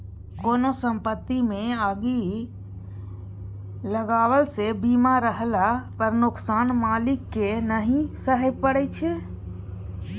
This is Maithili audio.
कोनो संपत्तिमे आगि लगलासँ बीमा रहला पर नोकसान मालिककेँ नहि सहय परय छै